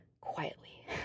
quietly